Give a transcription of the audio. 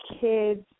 kids